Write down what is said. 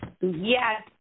Yes